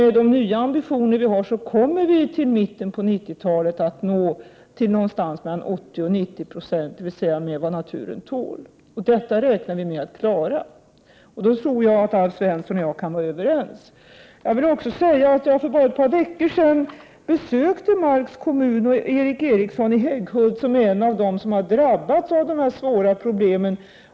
Med de nya ambitioner vi har kommer minskningen till mitten av 90-talet att nå någonstans mellan 80 och 90 26, dvs. i nivå med vad naturen tål. Detta räknar vi med att klara. Då tror jag att Alf Svensson och jag kan vara överens. Jag vill också nämna att jag för bara ett par veckor sedan besökte Marks kommun och Erik Eriksson i Hägghult, som är en av dem som har drabbats av svåra problem.